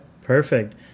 perfect